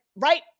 right